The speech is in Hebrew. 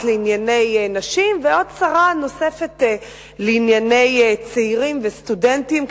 לענייני נשים ועוד שרה נוספת לענייני צעירים וסטודנטים,